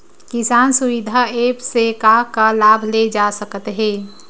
किसान सुविधा एप्प से का का लाभ ले जा सकत हे?